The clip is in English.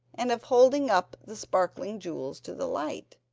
and of holding up the sparkling jewels to the light.